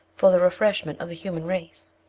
for the refreshment of the human race.